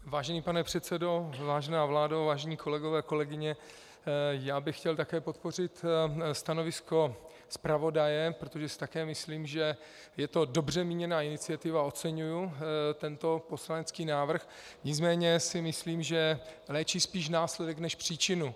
Vážený pane předsedo, vážená vládo, vážení kolegové, kolegyně, já bych chtěl také podpořit stanovisko zpravodaje, protože si také myslím, že je to dobře míněná iniciativa, oceňuji tento poslanecký návrh, nicméně si myslím, že léčí spíš následek než příčinu.